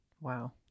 Wow